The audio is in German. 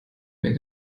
mehr